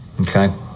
Okay